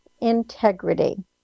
integrity